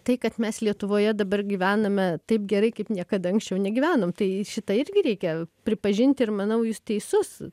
tai kad mes lietuvoje dabar gyvename taip gerai kaip niekada anksčiau negyvenom tai šitą irgi reikia pripažinti ir manau jūs teisus